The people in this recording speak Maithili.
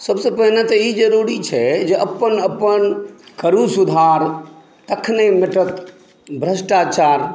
सभसे पहिने तऽ ई ज़रूरी छै जे अपन अपन करूँ सुधार तखने मिटत भ्रष्टाचार